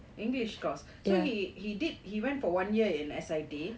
english course so he he did he went for one year in S_I_T